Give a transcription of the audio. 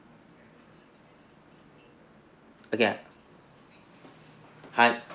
okay hon~